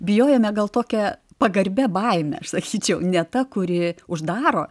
bijojome gal tokia pagarbia baime aš sakyčiau ne ta kuri uždaro